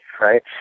Right